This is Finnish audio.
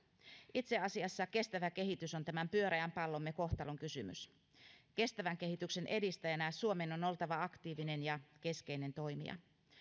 itse asiassa kestävä kehitys on tämän pyöreän pallomme kohtalonkysymys kestävän kehityksen edistäjänä suomen on on oltava aktiivinen ja keskeinen toimija